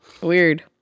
Weird